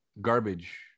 garbage